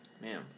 Man